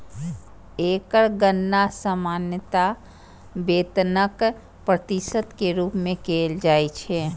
एकर गणना सामान्यतः वेतनक प्रतिशत के रूप मे कैल जाइ छै